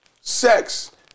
sex